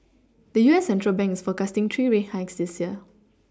the U S central bank is forecasting three rate hikes this year